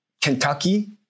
Kentucky